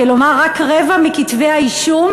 כלומר רק רבע מכתבי האישום,